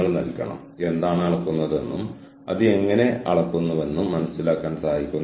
അവരിൽ നിന്ന് എന്താണ് പ്രതീക്ഷിക്കുന്നതെന്ന് ജീവനക്കാർ അറിയേണ്ടതുണ്ട്